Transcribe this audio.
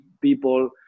people